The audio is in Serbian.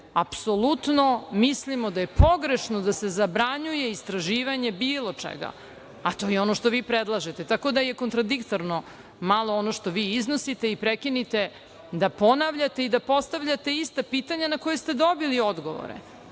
apsolutno mislimo da je pogrešno da se zabranjuje istraživanje bilo čega, a to je ono što vi predlažete. Tako da je kontradiktorno malo ono što vi iznosite i prekinite da ponavljate i da postavljate ista pitanja na koja ste dobili odgovore,